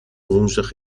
woensdag